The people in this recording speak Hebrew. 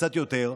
קצת יותר,